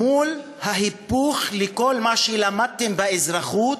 מול ההיפוך של כל מה שלמדתם באזרחות